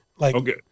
Okay